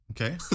okay